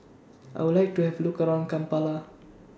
I Would like to Have Look around Kampala